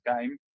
game